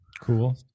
Cool